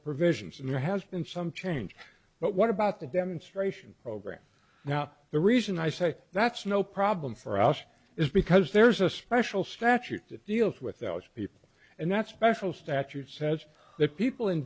there has been some change but what about the demonstration program now the reason i say that's no problem for us is because there's a special statute that deals with those people and that's special statute says that people in